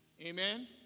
Amen